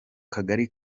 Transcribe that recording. kagari